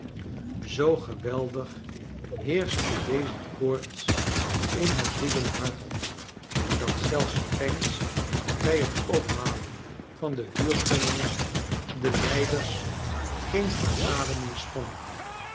zoo geweldig heerschte deze koorts in het bloedende hart hof dat zelfs pancks bij het ophalen van de huurpenningen den lijders geen verademing schonk